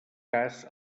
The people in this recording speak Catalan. cas